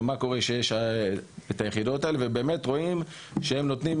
ומה קורה כשיש את היחידות האלה ובאמת רואים שהם נותנים